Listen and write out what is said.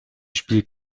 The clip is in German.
spielt